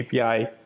API